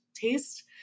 taste